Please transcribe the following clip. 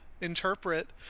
interpret